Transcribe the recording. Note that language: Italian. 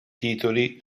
titoli